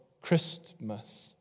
Christmas